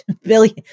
Billion